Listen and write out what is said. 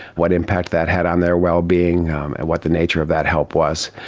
what impact that had on their well-being um and what the nature of that help was.